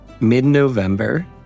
Mid-November